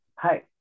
Hi